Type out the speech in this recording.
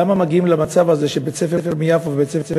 למה מגיעים למצב הזה שבית-ספר מיפו ובית-ספר